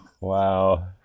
Wow